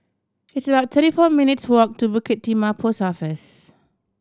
it's about thirty four minutes' walk to Bukit Timah Post Office